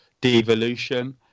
devolution